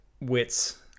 wits